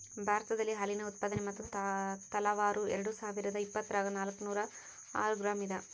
ಭಾರತದಲ್ಲಿ ಹಾಲಿನ ಉತ್ಪಾದನೆ ಮತ್ತು ತಲಾವಾರು ಎರೆಡುಸಾವಿರಾದ ಇಪ್ಪತ್ತರಾಗ ನಾಲ್ಕುನೂರ ಆರು ಗ್ರಾಂ ಇದ